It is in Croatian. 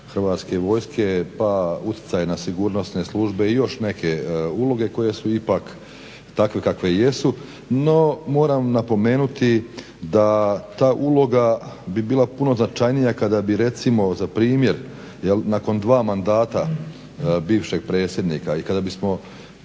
Hrvatske vojske, pa uticaj na sigurnosne službe i još neke uloge koje su ipak takve kakve jesu. No, moram napomenuti da ta uloga bi bila puno značajnija kada bi recimo za primjer nakon dva mandata bivšeg predsjednika i kada bismo